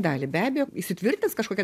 dalį be abejo įsitvirtins kažkokia